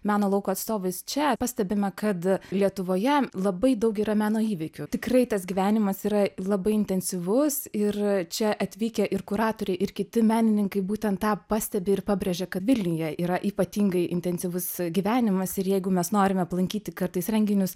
meno lauko atstovais čia pastebime kad lietuvoje labai daug yra meno įvykių tikrai tas gyvenimas yra labai intensyvus ir čia atvykę ir kuratoriai ir kiti menininkai būtent tą pastebi ir pabrėžia kad vilniuje yra ypatingai intensyvus gyvenimas ir jeigu mes norime aplankyti kartais renginius